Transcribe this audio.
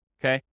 okay